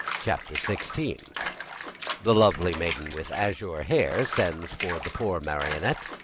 chapter sixteen the lovely maiden with azure hair sends for the poor marionette,